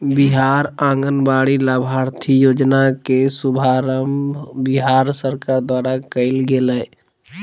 बिहार आंगनबाड़ी लाभार्थी योजना के शुभारम्भ बिहार सरकार द्वारा कइल गेलय